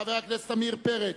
וחבר הכנסת עמיר פרץ,